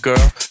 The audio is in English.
Girl